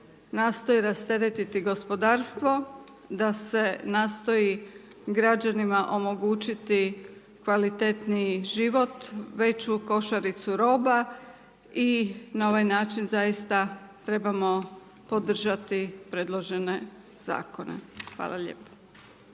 nastoji rasteretiti gospodarstvo, da se nastoji građanima omogućiti kvaliteniji život, veću košaricu roba i na ovaj način, zaista trebamo podržati predložene zakone. Hvala lijepo.